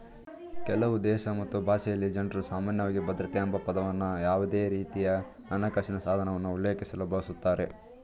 ಕೆಲವುದೇಶ ಮತ್ತು ಭಾಷೆಯಲ್ಲಿ ಜನ್ರುಸಾಮಾನ್ಯವಾಗಿ ಭದ್ರತೆ ಎಂಬಪದವನ್ನ ಯಾವುದೇರೀತಿಯಹಣಕಾಸಿನ ಸಾಧನವನ್ನ ಉಲ್ಲೇಖಿಸಲು ಬಳಸುತ್ತಾರೆ